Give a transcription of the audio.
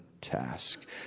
task